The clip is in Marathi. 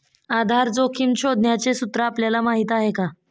आधार जोखिम शोधण्याचे सूत्र आपल्याला माहीत आहे का?